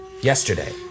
yesterday